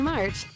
March